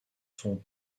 sont